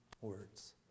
words